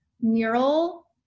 mural